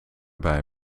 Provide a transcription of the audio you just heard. bij